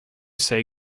say